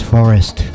Forest